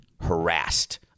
harassed